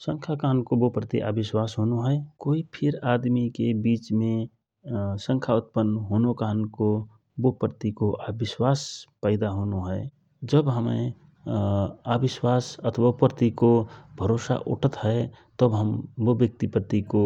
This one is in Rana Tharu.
शंखा कहनको बो प्रति अविश्वास होनो हए कोइ फिर आदमिके विचमे शंखा उत्पन्न होनो कहनसे बो प्रतिको अविश्वास पैदा होना हए । जब हमय अविश्वास अथवा वो प्रतिको भरोसा उठत हए तव हम बो ब्यक्ति प्रतिको